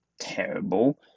terrible